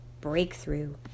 Breakthrough